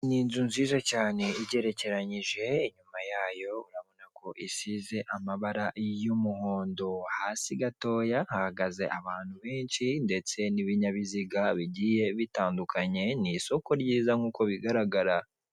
Inzu nziza cyane igerekeranyije, inyuma yayo urabona ko isize amabara y'umuhondo. Hasi gatoya hagaze abantu benshi ndetse n'ibinyabiziga bigiye bitandukanye, ni isoko ryiza nkuko bigaragara.